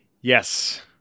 Yes